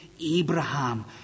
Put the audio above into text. Abraham